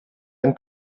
ein